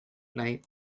night